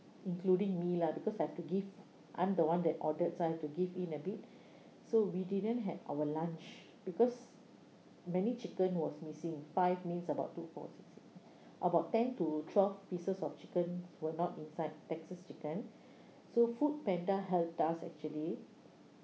including me lah because I have to give I'm the one that ordered so I have to give in a bit so we didn't had our lunch because many chicken was missing five meals about two forty about ten to twelve pieces of chicken were not inside texas chicken so foodpanda helped us actually